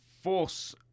Force